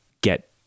get